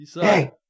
Hey